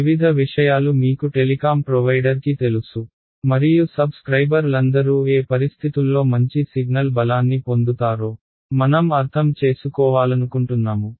వివిధ విషయాలు మీకు టెలికాం ప్రొవైడర్కి తెలుసు మరియు సబ్స్క్రైబర్లందరూ ఏ పరిస్థితుల్లో మంచి సిగ్నల్ బలాన్ని పొందుతారో మనం అర్థం చేసుకోవాలనుకుంటున్నాము